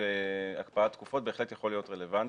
והקפאת תקופות בהחלט יכול להיות רלוונטי.